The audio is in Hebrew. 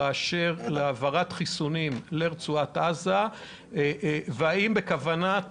באשר להעברת חיסונים לרצועת עזה; האם בכוונת